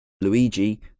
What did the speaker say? Luigi